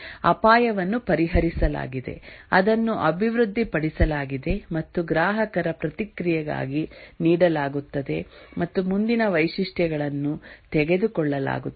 ಅಪಾಯವನ್ನು ಪರಿಹರಿಸಲಾಗಿದೆ ಅದನ್ನು ಅಭಿವೃದ್ಧಿಪಡಿಸಲಾಗಿದೆ ಮತ್ತು ಗ್ರಾಹಕರ ಪ್ರತಿಕ್ರಿಯೆಗಾಗಿ ನೀಡಲಾಗುತ್ತದೆ ಮತ್ತು ಮುಂದಿನ ವೈಶಿಷ್ಟ್ಯಗಳನ್ನು ತೆಗೆದುಕೊಳ್ಳಲಾಗುತ್ತದೆ